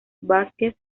vázquez